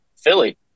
Philly